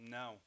no